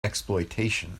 exploitation